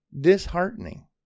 disheartening